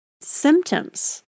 symptoms